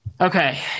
Okay